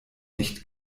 nicht